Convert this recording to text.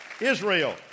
Israel